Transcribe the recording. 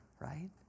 right